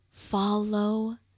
Follow